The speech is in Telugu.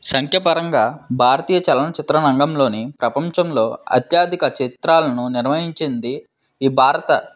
సంఖ్యాపరంగా భారతీయ చలనచిత్ర రంగంలోని ప్రపంచంలో అత్యాధిక చిత్రాలను నిర్వహించింది ఈ భారత